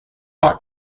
پیدا